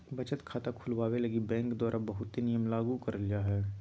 बचत खाता खुलवावे लगी बैंक द्वारा बहुते नियम लागू करल जा हय